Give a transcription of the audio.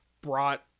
brought